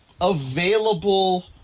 available